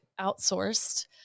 outsourced